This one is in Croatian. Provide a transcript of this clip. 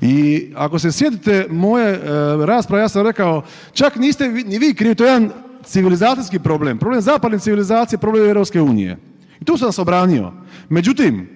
I ako se sjetite moje rasprave, ja sam rekao, čak niste ni vi krivi, to je jedan civilizacijski problem, problem zapadne civilizacije, problem EU i tu sam se obranio. Međutim,